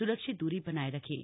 स्रक्षित दूरी बनाए रखें